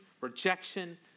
rejection